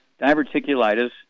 diverticulitis